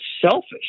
selfish